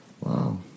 Wow